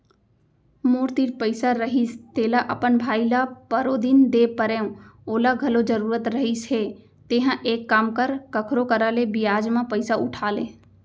मोर तीर पइसा रहिस तेला अपन भाई ल परोदिन दे परेव ओला घलौ जरूरत रहिस हे तेंहा एक काम कर कखरो करा ले बियाज म पइसा उठा ले